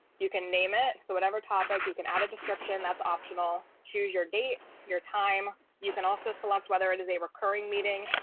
you can name it. so whatever topic you can add a description that's optional, choose your date, your time, you can also select whether it is a recurring meeting.